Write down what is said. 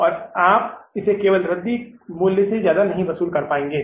और आप इसे केवल रद्दी मूल्य से ज्यादा नहीं वसूल पाएंगे